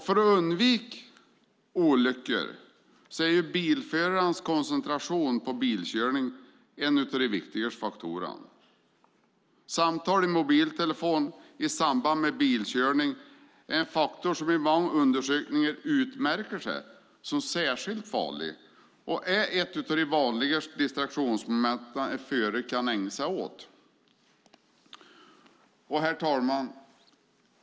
För att undvika olyckor är bilförarens koncentration på bilkörningen en av de viktigaste faktorerna. Samtal i mobiltelefon i samband med bilkörning är en faktor som i många undersökningar utmärker sig som särskilt farlig och är ett av de vanligaste distraktionsmomenten som en förare kan ägna sig åt. Herr talman!